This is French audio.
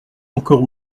encore